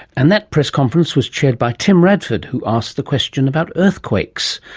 and that press conference was chaired by tim radford, who asked the question about earthquakes,